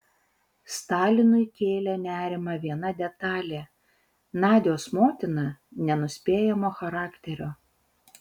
stalinui kėlė nerimą viena detalė nadios motina nenuspėjamo charakterio